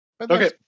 Okay